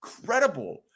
incredible